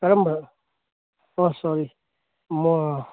ꯀꯔꯝꯕ ꯑꯣ ꯁꯣꯔꯤ